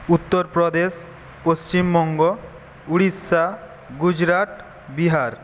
Uttar Pradesh Paschim Banga Orissa Gujarat Bihar